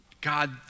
God